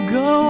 go